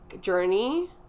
journey